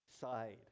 side